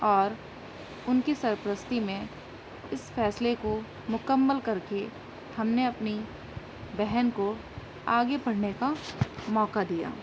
اور ان کی سرپرستی میں اس فیصلے کو مکمل کر کے ہم نے اپنی بہن کو آگے پڑھنے کا موقع دیا